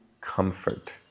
comfort